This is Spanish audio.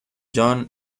john